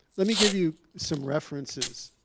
let me give you some references.